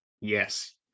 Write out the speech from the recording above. yes